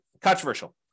controversial